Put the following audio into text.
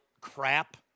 crap